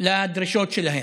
לדרישות שלהם.